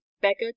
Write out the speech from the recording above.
beggar